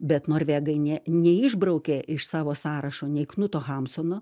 bet norvegai ne neišbraukė iš savo sąrašo nei knuto hamsuno